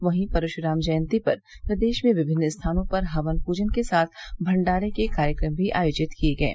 वहीं परशुराम जयन्ती पर प्रदेश में विभिन्न स्थानों पर हवन पूजन के साथ भंडारे के कार्यक्रम भी आयोजित किये गये